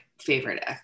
favorite